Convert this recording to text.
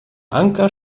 anker